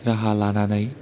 राहा लानानै